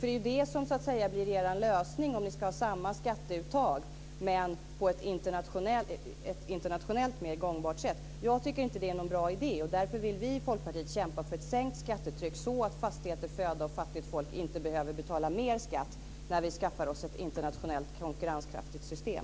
Det är ju det som blir er lösning om ni ska ha samma skatteuttag men på ett internationellt mer gångbart sätt. Vi tycker inte att det är någon bra idé. Därför vill vi i Folkpartiet kämpa för ett sänkt skattetryck, så att fastigheter, föda och fattigt folk inte behöver betala mer skatt när vi skaffar oss ett internationellt konkurrenskraftigt system.